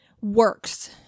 works